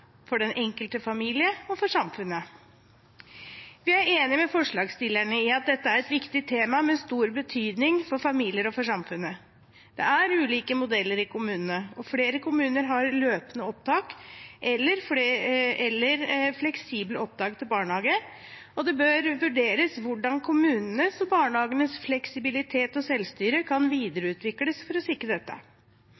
for den enkelte familie og for samfunnet. Vi er enig med forslagsstillerne i at dette er et viktig tema med stor betydning for familier og for samfunnet. Det er ulike modeller i kommunene, og flere kommuner har løpende opptak eller fleksible opptak til barnehage, og det bør vurderes hvordan kommunenes og barnehagenes fleksibilitet og selvstyre kan